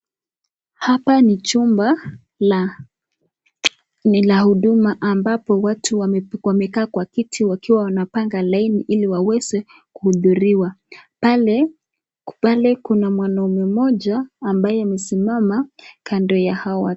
Hapa ni chumba, la, ni la huduma ambapo watu wame pi, wamekaa kwa kiti wakiwa wamepanga laini ili kuhubiriwa, pale, pale kuna mwanaume mmoja, ambaye amesimama, kando ya hawa.